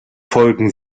folgen